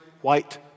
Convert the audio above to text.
white